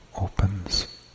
opens